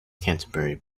canterbury